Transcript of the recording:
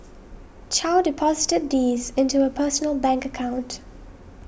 chow deposited these into her personal bank account